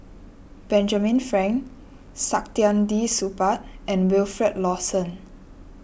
Benjamin Frank Saktiandi Supaat and Wilfed Lawson